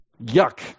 yuck